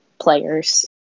players